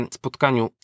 spotkaniu